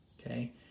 Okay